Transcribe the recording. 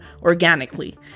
organically